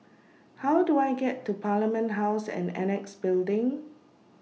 How Do I get to Parliament House and Annexe Building